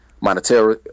monetary